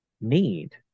need